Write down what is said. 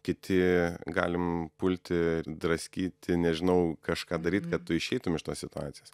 kiti galim pulti draskyti nežinau kažką daryt kad tu išeitum iš tos situacijos